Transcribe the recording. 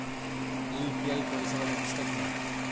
UPI পরিসেবা জিনিসটা কি?